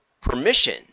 permission